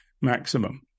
maximum